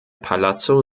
palazzo